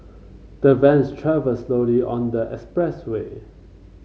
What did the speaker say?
the vans travelled slowly on the expressway